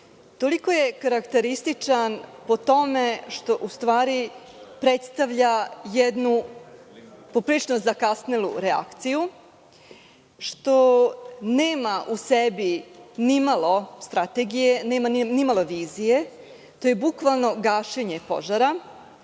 toliko je karakterističan po tome što u stvari predstavlja jednu poprilično zakasnelu reakciju, što nema u sebi ni malo strategije, nema ni malo vizije, to je bukvalno gašenje požara